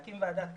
להקים ועדת קלפי,